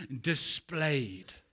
displayed